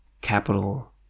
capital